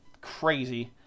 crazy